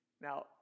now